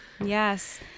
Yes